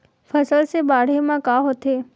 फसल से बाढ़े म का होथे?